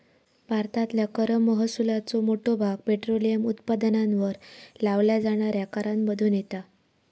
भारतातल्या कर महसुलाचो मोठो भाग पेट्रोलियम उत्पादनांवर लावल्या जाणाऱ्या करांमधुन येता